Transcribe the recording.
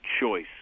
choice